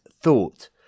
thought